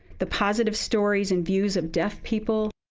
the positive stories and views of deaf people.